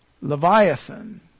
Leviathan